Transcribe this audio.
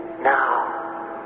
now